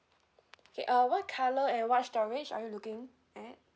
K uh what colour and what storage are you looking at